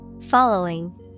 Following